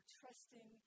trusting